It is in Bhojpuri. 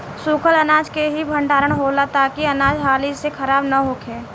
सूखल अनाज के ही भण्डारण होला ताकि अनाज हाली से खराब न होखे